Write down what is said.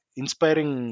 inspiring